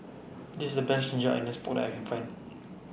This IS The Best Ginger Onions Pork that I Can Find